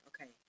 okay